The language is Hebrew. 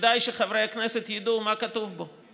כדאי שחברי הכנסת יידעו מה כתוב בו.